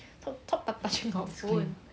stop tou~ touching your phone